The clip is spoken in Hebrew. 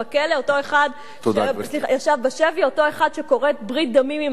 אותו אחד שכורת ברית דמים עם ה"חמאס".